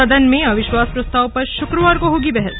सदन में अविश्वास प्रस्ताव पर शुक्रवार को होगी बहस